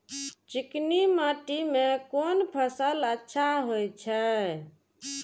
चिकनी माटी में कोन फसल अच्छा होय छे?